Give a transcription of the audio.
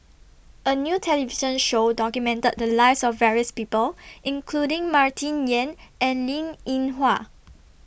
A New television Show documented The Lives of various People including Martin Yan and Linn in Hua